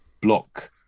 block